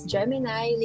Gemini